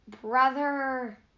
brother